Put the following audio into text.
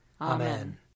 Amen